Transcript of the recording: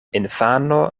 infano